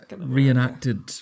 reenacted